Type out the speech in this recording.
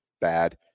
bad